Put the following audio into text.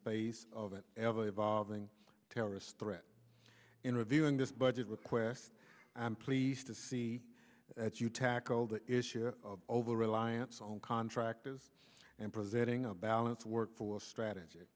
face of it ever evolving terrorist threat in reviewing this budget request i am pleased to see that you tackled the issue over reliance on contractors and presenting a balance work for strategy